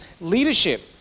leadership